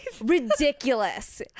ridiculous